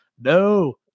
no